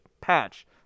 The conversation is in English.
patch